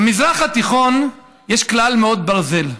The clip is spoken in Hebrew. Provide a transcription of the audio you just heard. במזרח התיכון יש כלל ברזל: